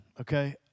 okay